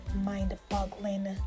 mind-boggling